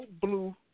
blue